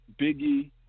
Biggie